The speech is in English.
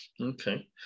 okay